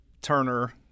turner